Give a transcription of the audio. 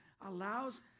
allows